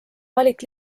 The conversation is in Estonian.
valik